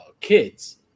kids